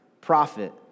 profit